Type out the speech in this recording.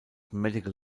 medical